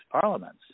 parliaments